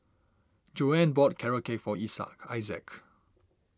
Joann bought Carrot Cake for Isaak